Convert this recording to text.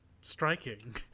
striking